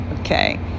okay